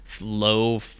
Low